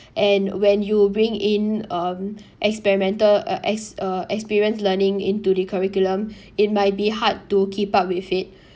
and when you bring in um experimental as a experience learning into the curriculum it might be hard to keep up with it